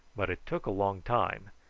but it took a long time,